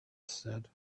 said